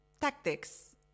tactics